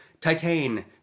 Titan